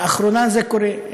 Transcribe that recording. לאחרונה זה קורה.